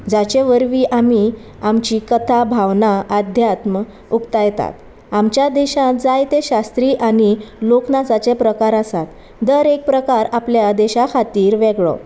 जाचे वरवीं आमी आमची कथा भावना आध्यात्म उक्तायतात आमच्या देशांत जायते शास्त्रीय आनी लोकनाचाचे प्रकार आसात दर एक प्रकार आपल्या देशा खातीर वेगळो